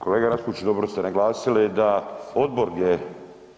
Kolega Raspudić dobro ste naglasili da odbor je